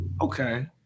Okay